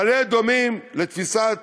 מעלה-אדומים, לתפיסת